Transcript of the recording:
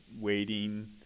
waiting